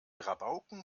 rabauken